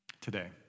today